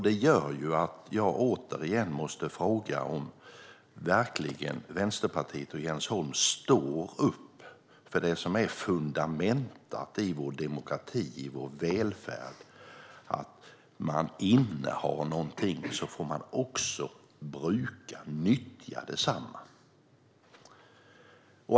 Det gör att jag återigen måste fråga om Vänsterpartiet och Jens Holm verkligen står upp för det som är fundamenta i vår demokrati och i vår välfärd: att om man innehar någonting får man också bruka och nyttja detsamma.